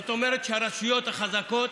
כלומר הרשויות החזקות